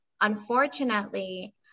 Unfortunately